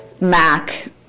Mac